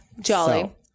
Jolly